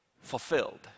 fulfilled